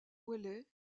ouellet